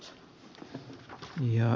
herra puhemies